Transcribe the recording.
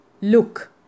look